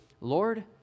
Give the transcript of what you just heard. Lord